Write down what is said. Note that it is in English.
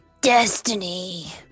Destiny